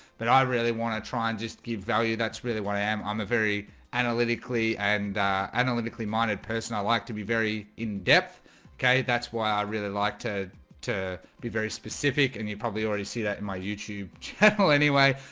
but i really want try and just give value. that's really what i am i'm a very analytically and analytically minded person. i like to be very in-depth okay, that's why i really like to to be very specific and you probably already see that in my youtube channel anyway,